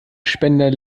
spender